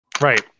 Right